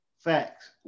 Facts